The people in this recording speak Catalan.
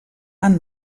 han